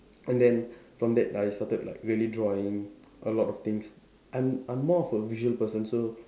and then from that I started like really drawing a lot of things I'm I'm more of a visual person so